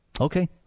Okay